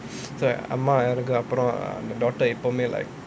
so அம்மாக்கு அப்புறம்:ammaku appuram the doctor எப்பவுமே:eppavumae like